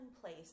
place